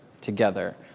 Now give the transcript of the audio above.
together